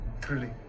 truly